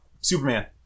Superman